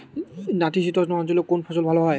নাতিশীতোষ্ণ অঞ্চলে কোন ফসল ভালো হয়?